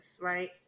right